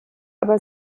aber